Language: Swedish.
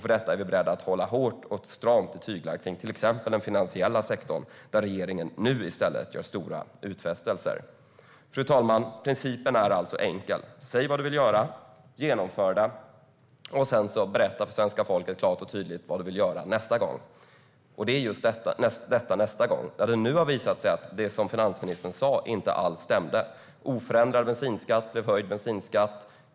För detta är vi beredda att hålla hårt och stramt i tyglarna för den finansiella sektorn, där regeringen nu i stället gör stora utfästelser. Fru talman! Principen är alltså enkel. Säg vad du vill göra, genomför det, berätta sedan för svenska folket klart och tydligt vad du vill göra nästa gång. Det handlar om just detta "nästa gång" när det nu har visat sig att det som finansministern sa inte alls stämde. Oförändrad bensinskatt blev höjd bensinskatt.